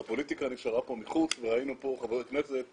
הפוליטיקה נשארה פה מחוץ וראינו פה חברי כנסת,